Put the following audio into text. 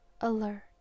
alert